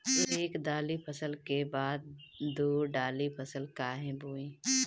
एक दाली फसल के बाद दो डाली फसल काहे बोई?